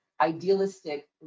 idealistic